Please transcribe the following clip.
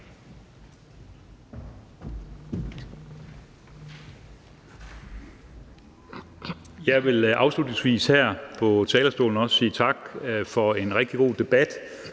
Jeg vil afslutningsvis her på talerstolen også sige tak for en rigtig god debat,